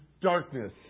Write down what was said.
darkness